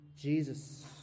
Jesus